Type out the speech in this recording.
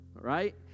right